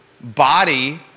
body